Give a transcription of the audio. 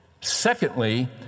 Secondly